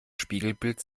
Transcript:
spiegelbild